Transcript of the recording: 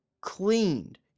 cleaned